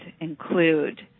include